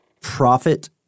profit